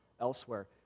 elsewhere